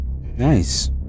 Nice